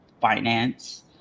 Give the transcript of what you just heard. finance